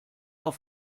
auf